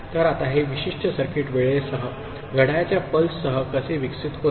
तर आता हे विशिष्ट सर्किट वेळेसह घड्याळाच्या पल्स सह कसे विकसित होते